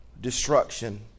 destruction